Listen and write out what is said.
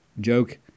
joke